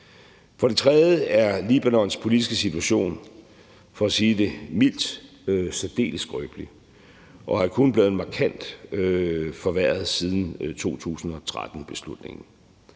For det tredje er Libanons politiske situation, for at sige det mildt, særdeles skrøbelig og er kun blevet markant forværret siden 2013-beslutningen.